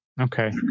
Okay